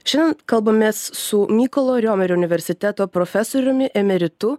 šiandien kalbamės su mykolo riomerio universiteto profesoriumi emeritu